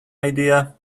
idea